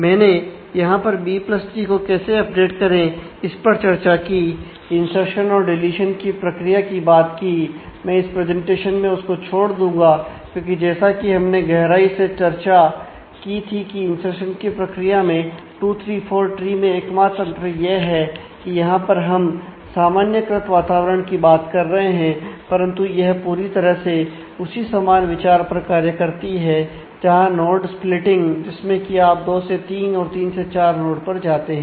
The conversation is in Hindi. मैंने यहां पर बी प्लस ट्री को कैसे अपडेट जिसमें की आप दो से तीन और तीन से चार नोड पर जाते हैं